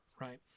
right